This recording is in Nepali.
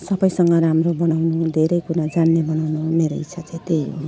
सबैसँग राम्रो बनाउनु धेरै कुरा जान्ने बनाउनु मेरो इच्छा चाहिँ त्यही हो